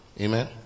amen